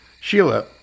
Sheila